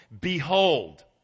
Behold